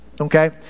okay